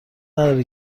نداره